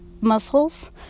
muscles